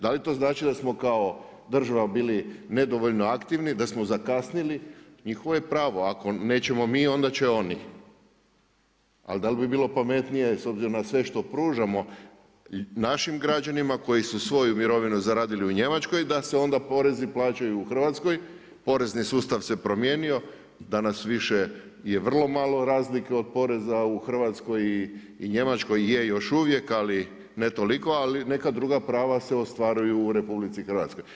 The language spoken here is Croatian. Da li to znači da smo kao država bili nedovoljno aktivni, da smo zakasnili, njihovo je pravo ako nećemo mi onda će oni ali da li bi bilo pametnije s obzirom na sve što pružamo, našim građanima kojim su svoju mirovinu zaradili u Njemačkoj, da se onda porezi plaćaju u Hrvatskoj, porezni sustav se promijenio, danas više je vrlo malo razlike od poreza u Hrvatskoj i Njemačkoj, je još uvijek ali ne toliko, ali neka druga prava se ostvaruju u RH.